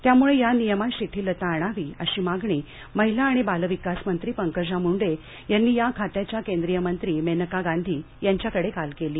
त्याम्ळे या नियमात शिथिलता आणावी अशी मागणी माहिला आणि बाल विकास मंत्री पंकजा मुंडे यांनी या खात्याच्या केंद्रीय मंत्री मेनका गांधी यांच्याकडे काल केली